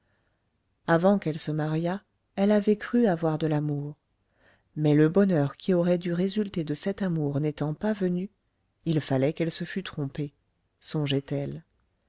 avant qu'elle se mariât elle avait cru avoir de l'amour mais le bonheur qui aurait dû résulter de cet amour n'étant pas venu il fallait qu'elle se fût trompée songeait-elle